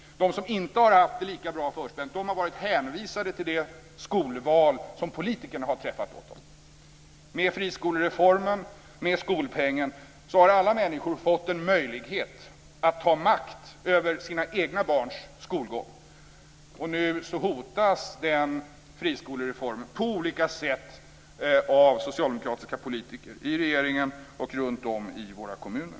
De som inte har haft det lika bra förspänt har varit hänvisade till det skolval som politikerna har träffat åt oss. Med friskolereformen och med skolpengen har alla människor fått en möjlighet att ha makt över sina egna barns skolgång. Nu hotas den friskolereformen på olika sätt av socialdemokratiska politiker i regeringen och runt om i våra kommuner.